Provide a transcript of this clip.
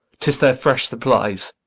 tis their fresh supplies.